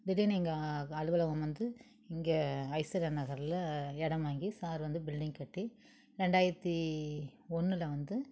திடீர்ன்னு எங்கள் அலுவலகம் வந்து இங்கே ஐஸ்வர்யா நகரில் இடம் வாங்கி சார் வந்து பில்டிங் கட்டி ரெண்டாயிரத்து ஒன்றுல வந்து